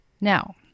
Now